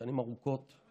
שנים ארוכות.